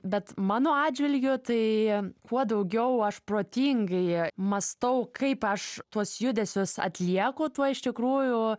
bet mano atžvilgiu tai kuo daugiau aš protingai mąstau kaip aš tuos judesius atlieku tuo iš tikrųjų